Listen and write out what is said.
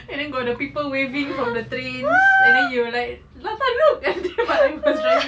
and then got the people waving from the train and then you were like nata look at there but I was driving